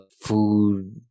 food